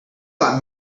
got